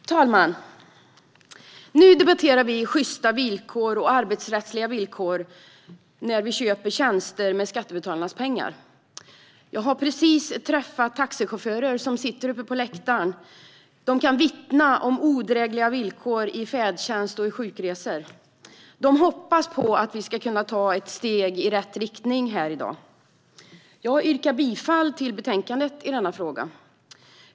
Fru talman! Nu debatterar vi sjysta villkor och arbetsrättsliga villkor som ska gälla när vi köper tjänster med skattebetalarnas pengar. Jag har precis träffat taxichaufförer som sitter här uppe på läktaren och som kan vittna om odrägliga villkor i färdtjänsten och när det gäller sjukresor, och de hoppas att vi ska kunna ta ett steg i rätt riktning här i dag. Jag yrkar bifall till utskottets förslag i betänkandet i denna fråga.